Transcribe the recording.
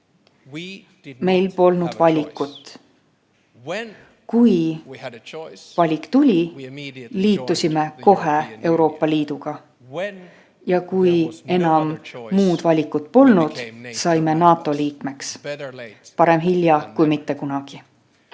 Meil polnud valikut. Kui valik tuli, liitusime viivitamatult Euroopa Liiduga. Ja kui enam muud valikut polnud, saime NATO liikmeks. Parem hilja kui mitte kunagi.